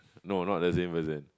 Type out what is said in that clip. no not the same person